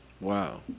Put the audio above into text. Wow